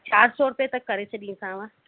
चारि सौ रुपए तक करे छॾींदीसाव